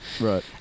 Right